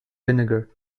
vinegar